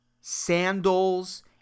sandals